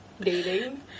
Dating